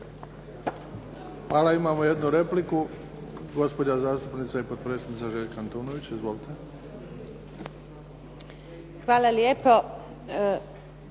Hvala. Imamo jednu repliku, gospođa zastupnica i potpredsjednica Željka Antunović. Izvolite. **Antunović,